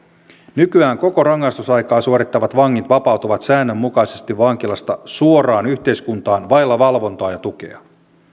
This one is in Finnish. nykyään koko rangaistusaikaa suorittavat vangit vapautuvat säännönmukaisesti vankilasta suoraan yhteiskuntaan vailla valvontaa ja tukea